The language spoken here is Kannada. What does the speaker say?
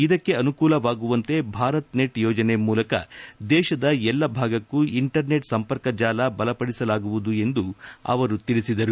ಇದಕ್ಕೆ ಅನುಕೂಲವಾಗುವಂತೆ ಭಾರತ್ ನೆಟ್ ಯೋಜನೆ ಮೂಲಕ ದೇಶದ ಎಲ್ಲ ಭಾಗಕ್ಕೂ ಇಂಟರ್ ನೆಟ್ ಸಂಪರ್ಕ ಜಾಲ ಬಲಪಡಿಸಲಾಗುವುದು ಎಂದು ಅವರು ಹೇಳಿದ್ದಾರೆ